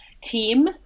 team